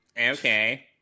Okay